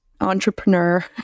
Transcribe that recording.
entrepreneur